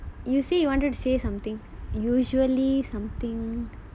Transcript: you said you wanted to say something usually something